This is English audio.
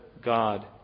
God